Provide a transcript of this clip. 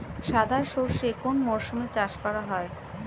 সাদা সর্ষে কোন মরশুমে চাষ করা হয়?